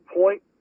point